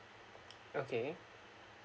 okay